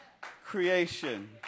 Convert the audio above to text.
creation